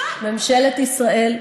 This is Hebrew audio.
ממשלת ישראל,